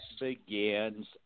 begins